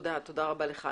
תודה רבה לך.